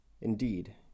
Indeed